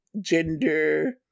gender